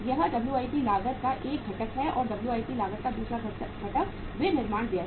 यह WIP लागत का एक घटक है और WIP लागत का दूसरा घटक विनिर्माण व्यय है